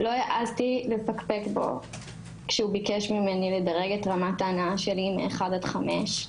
לא העזתי לפקפק בו כשהוא ביקש ממני לדרג את רמת ההנאה שלי מאחד עד חמש,